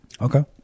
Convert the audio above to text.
okay